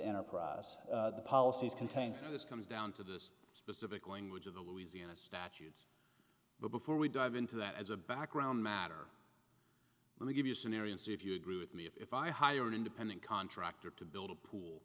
enterprise policies contained in this comes down to this specific language of the louisiana statute but before we dive into that as a background matter let me give you a scenario see if you agree with me if i hire an independent contractor to build a pool